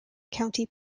county